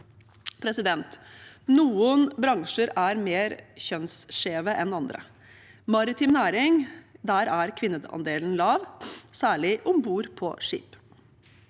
staten. Noen bransjer er mer kjønnsskjeve enn andre. I maritim næring er kvinneandelen lav, særlig om bord på skip.